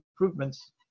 improvements